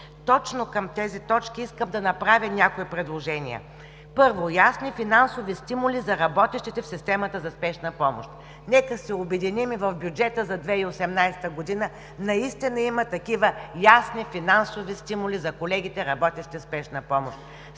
Точно към тези точки искам да направя предложения. Първо, ясни финансови стимули за работещите в системата за спешна помощ. Нека се обединим в бюджета за 2018 г. наистина да има такива ясни финансови стимули за колегите, работещи в спешна помощ.